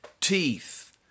teeth